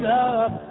up